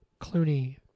Clooney